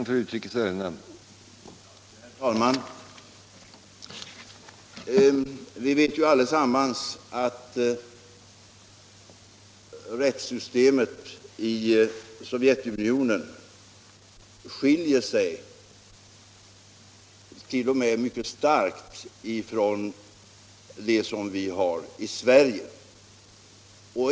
Herr talman! Vi vet ju allesammans att rättssystemet i Sovjetunionen skiljer sig — t.o.m. mycket starkt — från det som vi har i Sverige.